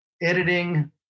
editing